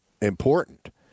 important